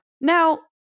now